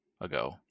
ago